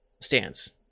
stance